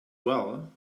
well